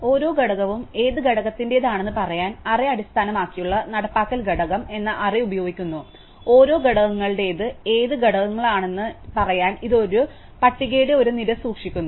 ഓരോ ഘടകവും ഏത് ഘടകത്തിന്റേതാണെന്ന് പറയാൻ അറേ അടിസ്ഥാനമാക്കിയുള്ള നടപ്പാക്കൽ ഘടകം എന്ന അറേ ഉപയോഗിക്കുന്നു ഓരോ ഘടകങ്ങളുടേത് ഏത് ഘടകങ്ങളാണെന്ന് ഞങ്ങളോട് പറയാൻ ഇത് ഒരു പട്ടികയുടെ ഒരു നിര സൂക്ഷിക്കുന്നു